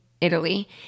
Italy